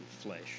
flesh